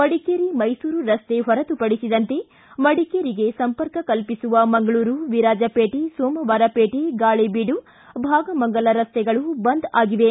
ಮಡಿಕೇರಿ ಮೈಸೂರು ರಸ್ತೆ ಹೊರತುಪಡಿಸಿದಂತೆ ಮಡಿಕೇರಿಗೆ ಸಂಪರ್ಕ ಕಲ್ಪಿಸುವ ಮಂಗಳೂರು ವಿರಾಜಪೇಟೆ ಸೋಮವಾರಪೇಟೆ ಗಾಳಿಬೀಡು ಭಾಗಮಂಡಲ ರಸ್ತೆಗಳು ಬಂದ್ ಆಗಿವೆ